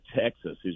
Texas